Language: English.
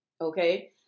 Okay